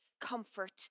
comfort